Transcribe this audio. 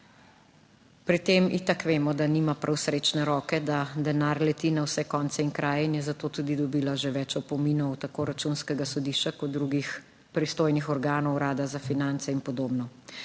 Pri tem itak vemo, da nima prav srečne roke, da denar leti na vse konce in kraje in je zato tudi dobila že več opominov, tako Računskega sodišča kot drugih pristojnih organov, Urada za finance in podobno.